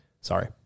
Sorry